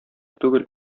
түгел